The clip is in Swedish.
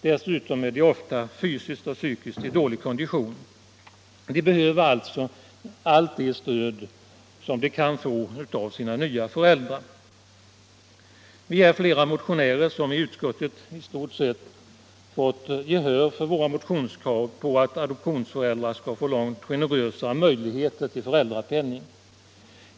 Dessutom är de ofta i dålig kondition såväl fysiskt som psykiskt. De behöver alltså allt stöd som de kan få av sina nya föräldrar. Vi är flera motionärer som hos utskottet i stort sett har vunnit gehör för våra motionskrav på att adoptionsföräldrar skall få långt generösare möjligheter till föräldrapenning.